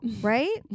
Right